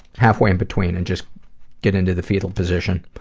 halfway in-between and just get into the fetal position.